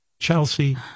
Chelsea